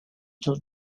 dos